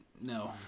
No